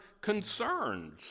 concerns